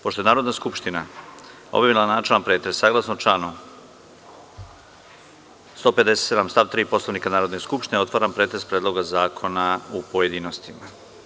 Pošto je Narodna skupština obavila načelni pretres, saglasno članu 157. stav 3. Poslovnika Narodne skupštine, otvaram pretres Predloga zakona u pojedinostima.